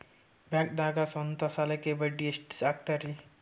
ಬ್ಯಾಂಕ್ದಾಗ ಸ್ವಂತ ಸಾಲಕ್ಕೆ ಬಡ್ಡಿ ಎಷ್ಟ್ ಹಕ್ತಾರಿ?